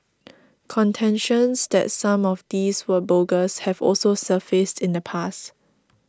contentions that some of these were bogus have also surfaced in the past